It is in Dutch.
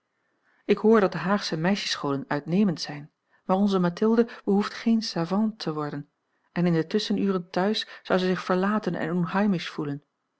ik hoor dat de haagsche meisjesscholen uitnemend zijn maar onze mathilde behoeft geene savante te worden en in de tusschenuren thuis zou zij zich verlaten en unheimisch voelen